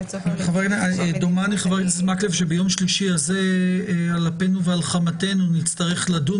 דומני שביום שלישי הקרוב על אפנו ועל חמתנו נצטרך לדון